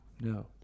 No